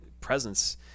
presence